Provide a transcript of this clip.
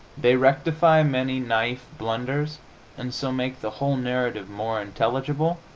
they rectify many naif blunders and so make the whole narrative more intelligible,